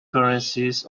currencies